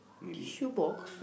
shoe box